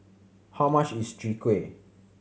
how much is Chwee Kueh